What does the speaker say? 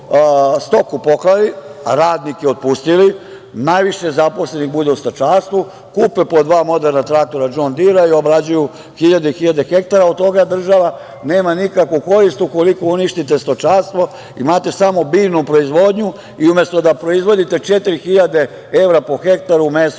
stoku poklali, a radnike otpustili. Najviše zaposlenih bude u stočarstvu, kupe po dva moderna traktora „Džon Dira“ i obrađuju hiljade i hiljade hektara, a od toga država nema nikakvu korist. Ukoliko uništite stočarstvo, imate samo biljnu proizvodnju i umesto da proizvodite 4.000 evra po hektaru u mesu,